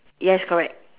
yes correct